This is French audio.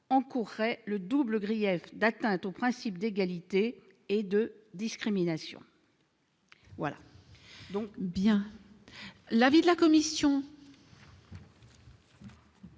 encourrait le double grief d'atteinte au principe d'égalité et de discrimination. Quel est l'avis de la commission